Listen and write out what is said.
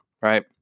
Right